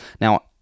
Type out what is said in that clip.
now